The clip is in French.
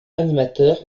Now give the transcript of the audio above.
animateur